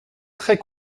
très